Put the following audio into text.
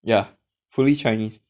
ya fully chinese